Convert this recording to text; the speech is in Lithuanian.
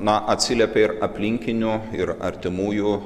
na atsiliepia ir aplinkinių ir artimųjų